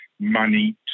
money